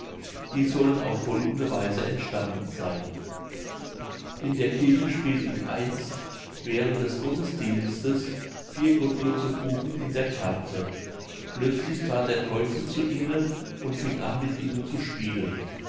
die sollen auf folgende weise entstanden seyn in der kirche spielten einst während des gottesdienstes vier gottlose buben in der karte plötzlich trat der teufel zu ihnen und fing an mit ihnen zu spielen